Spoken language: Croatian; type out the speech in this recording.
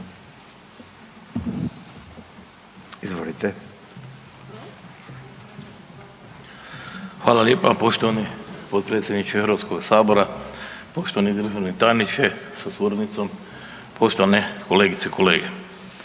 (HDZ)** Hvala lijepa. Poštovani potpredsjedniče HS-a, poštovani državni tajniče sa suradnicom, poštovane kolegice i kolege.